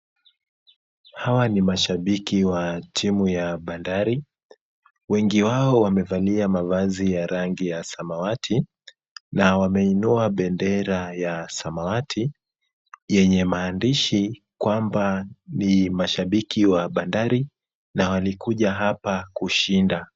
Hawa ni mashabiki wa timu ya Bandari. Wengi wao wamevalia mavazi ya rangi ya samawati na wameinua bendera ya samawati yenye maandishi kwamba ni mashabiki wa Bandari na walikuja hapa kushinda.